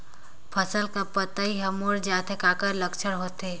फसल कर पतइ हर मुड़ जाथे काकर लक्षण होथे?